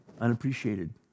unappreciated